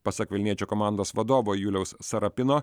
pasak vilniečių komandos vadovo juliaus sarapino